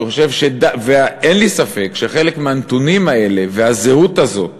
אין לי ספק שחלק מהנתונים האלה, והזהות הזאת